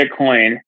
Bitcoin